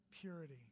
purity